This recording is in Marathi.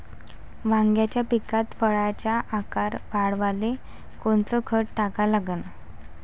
वांग्याच्या पिकात फळाचा आकार वाढवाले कोनचं खत टाका लागन?